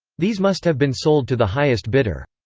these must have been sold to the highest bidder.